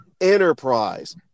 enterprise